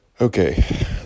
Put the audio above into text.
okay